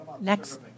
Next